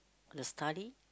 the study